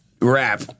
rap